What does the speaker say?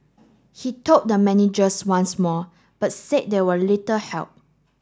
he told the managers once more but said they were little help